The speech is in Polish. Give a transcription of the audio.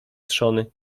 trzony